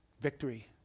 Victory